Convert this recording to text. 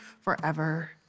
forever